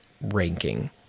ranking